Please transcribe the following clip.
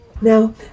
Now